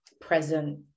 present